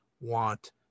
want